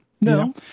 No